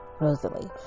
Rosalie